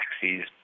taxis